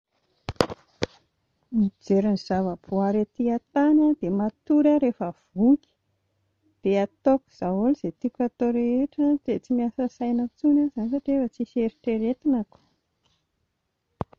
Mijery ny zava-boahary ety an-tany aho dia matory aho rehefa voky, dia hataoko daholo izay tiako hatao rehetra dia tsy miasa saina intsony aho izany satria efa tsisy eritreretina koa